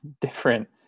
Different